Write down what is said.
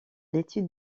l’étude